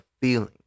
feeling